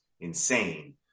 insane